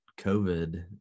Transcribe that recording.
COVID